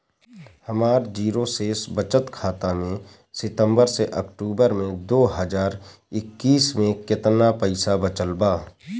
हमार जीरो शेष बचत खाता में सितंबर से अक्तूबर में दो हज़ार इक्कीस में केतना पइसा बचल बा?